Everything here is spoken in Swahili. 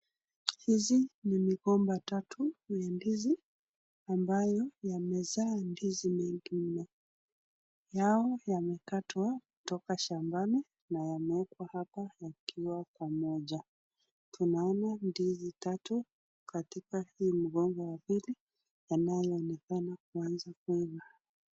Hizi ni migomba tatu za ndizi, ambayo yamezaa ndizi mingine. Yao yamekatwa toka shambani na yamewekwa hapa yakiwa pamoja. Tunaona ndizi tatu katika hii mgomba ya pili yanayoonekana kuanza kuiva.